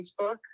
Facebook